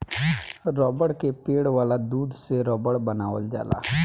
रबड़ के पेड़ वाला दूध से रबड़ बनावल जाला